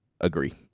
Agree